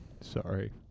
Sorry